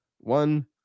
one